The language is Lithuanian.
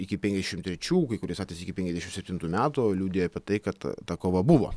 iki penkiasdešimt trečių kai kuriais metais iki penkiasdešimt septintų metų o liudija apie tai kad ta kova buvo